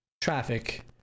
traffic